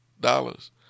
dollars